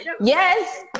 Yes